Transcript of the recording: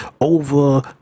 over